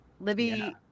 Libby